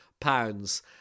pounds